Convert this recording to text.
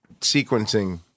sequencing